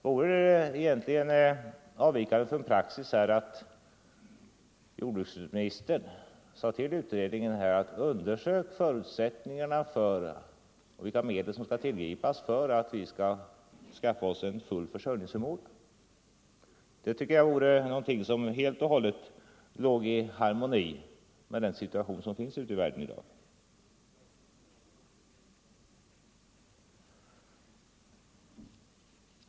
Vore det egentligen avvikande från praxis att jordbruksministern sade till utredningen att undersöka förutsättningarna och vilka medel som skall tillgripas för att vi skall få full försörjningsförmåga? Det vore helt och hållet i harmoni med situationen ute i världen i dag.